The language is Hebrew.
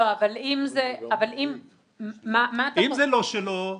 אם זה לא שלו,